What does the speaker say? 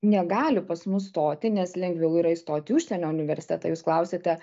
negali pas mus stoti nes lengviau yra įstoti į užsienio universitetą jūs klausiate